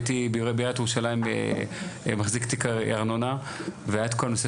הייתי בעיריית ירושלים מחזיק תיק ארנונה והיה את כל הנושא